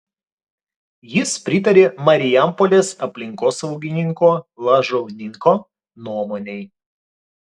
jis pritarė marijampolės aplinkosaugininko lažauninko nuomonei